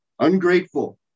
Ungrateful